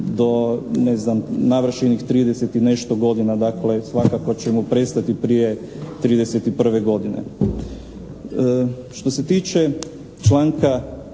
navršenih 30 i nešto godina, svakako će mu prestati prije 31 godine. Što se tiče članka